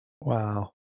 wow